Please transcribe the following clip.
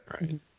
Right